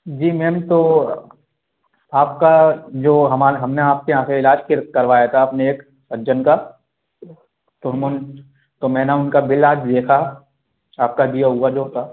जी ma'am तो आपका जो हमारे हमने आपके यहाँ से इलाज करवाया था आपने एक सज्जन का तो तो मैंने उनका बिल आज देखा आपका दिया हुआ जो था